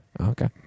Okay